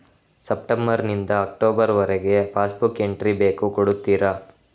September ನಿಂದ October ವರಗೆ passbook entry ಬೇಕು ಕೊಡುತ್ತೀರಾ?